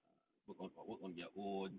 err work on work on their own